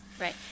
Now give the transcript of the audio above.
right